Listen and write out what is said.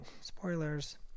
spoilers